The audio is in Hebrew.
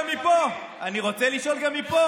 ואני רוצה לשאול גם מפה, אני רוצה לשאול גם מפה: